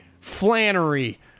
Flannery